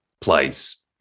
place